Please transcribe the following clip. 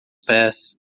pés